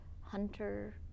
Hunter